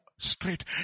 straight